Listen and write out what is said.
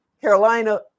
Carolina